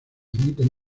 emiten